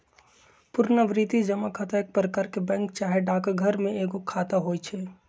पुरनावृति जमा खता एक प्रकार के बैंक चाहे डाकघर में एगो खता होइ छइ